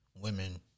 women